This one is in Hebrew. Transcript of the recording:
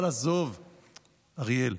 אבל עזוב, אריאל,